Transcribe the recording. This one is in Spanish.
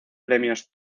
premios